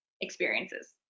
experiences